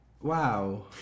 Wow